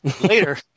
Later